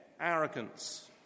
arrogance